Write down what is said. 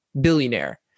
billionaire